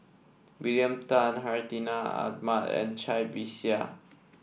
William Tan Hartinah Ahmad and Cai Bixia